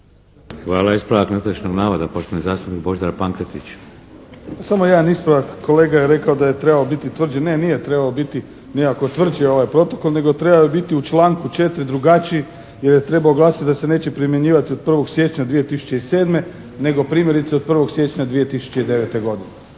Hvala. Ispravak netočnog navoda, poštovani zastupnik Božidar Pankretić. **Pankretić, Božidar (HSS)** Pa samo jedan ispravak. Kolega je rekao da je trebalo biti tvrđi. Ne nije trebalo biti nikako tvrđi ovaj protokol nego treba biti u članku 4. drugačiji jer je trebalo glasiti da se neće primjenjivati od 1. siječnja 2007., nego primjerice od 1. siječnja 2009. godine.